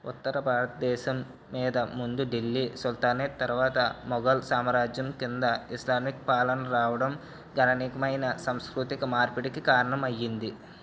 ఉత్తర భారతదేశం మీద ముందు ఢిల్లీ సుల్తానేట్ తరువాత మొఘల్ సామ్రాజ్యం క్రింద ఇస్లామిక్ పాలన రావడం గణనీయమైన సాంస్కృతిక మార్పిడికి కారణమయ్యింది